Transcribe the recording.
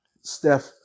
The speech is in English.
Steph